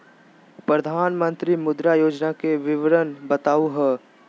प्रधानमंत्री मुद्रा योजना के विवरण बताहु हो?